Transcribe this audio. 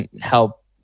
help